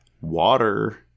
water